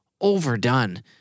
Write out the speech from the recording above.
overdone